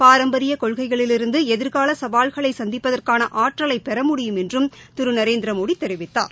பாரம்பரிய கொள்கைகளிலிருந்து எதிர்கால சவால்களை சந்திப்பதற்கான ஆற்றலை பெற முடியும் என்று திரு நரேந்திரமோடி தெரிவித்தார்